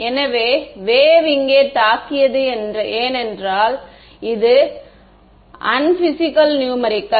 எனவே வேவ் இங்கே தாக்கியது ஏனென்றால் இது அன்பிஸிக்கல் நூமரிகள்